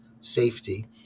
safety